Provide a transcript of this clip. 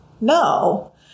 no